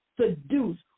seduce